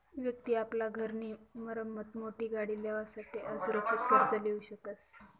व्यक्ति आपला घर नी मरम्मत आणि मोठी गाडी लेवासाठे असुरक्षित कर्ज लीऊ शकस